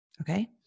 Okay